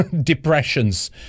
depressions